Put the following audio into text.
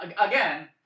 again